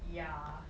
yeah